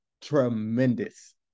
Tremendous